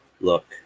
look